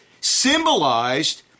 symbolized